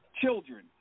children